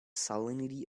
salinity